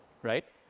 right?